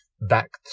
back